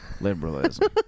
liberalism